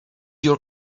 your